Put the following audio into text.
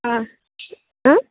ಹಾಂ ಹಾಂ